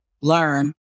learn